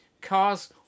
cars